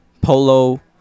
Polo